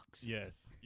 Yes